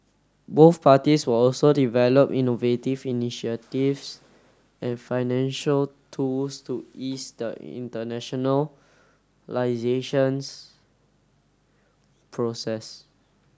both parties will also develop innovative initiatives and financial tools to ease the internationalisation process